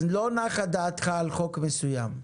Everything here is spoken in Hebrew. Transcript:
אז לא נחה דעתך מחוק מסוים,